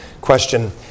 question